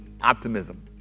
optimism